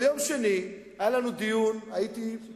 אבל ביום שני היה לנו דיון, הייתי,